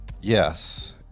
Yes